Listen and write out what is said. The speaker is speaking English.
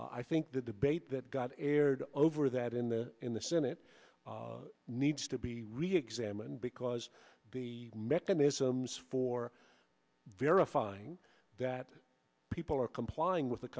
t i think the debate that got aired over that in the in the senate needs to be reexamined because the mechanisms for verifying that people are complying with the